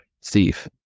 Steve